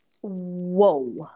whoa